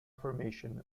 formation